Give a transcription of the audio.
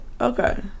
okay